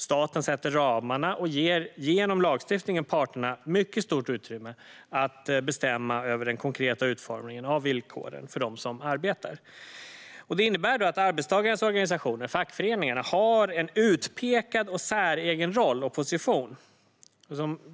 Staten sätter ramarna och ger genom lagstiftningen parterna mycket stort utrymme att bestämma över den konkreta utformningen av villkoren för dem som arbetar. Det innebär att arbetstagarnas organisationer, fackföreningarna, har en utpekad och säregen roll och position.